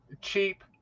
cheap